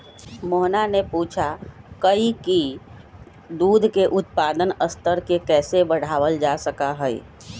मोहना ने पूछा कई की दूध के उत्पादन स्तर के कैसे बढ़ावल जा सका हई?